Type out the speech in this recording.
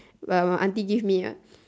my my auntie give me one